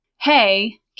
Hey